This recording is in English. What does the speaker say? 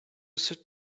sit